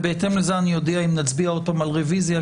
ובהתאם לזה אני אודיע האם נצביע עוד פעם על רוויזיה,